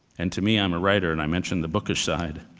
and to me, i'm a writer, and i mentioned the bookish side,